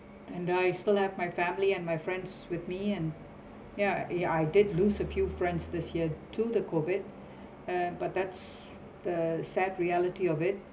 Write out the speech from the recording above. and I still have my family and my friends with me and ya eh I did lose a few friends this year to the COVID and but that's the sad reality of it